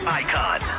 icon